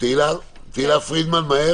תהלה פרידמן.